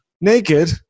naked